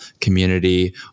community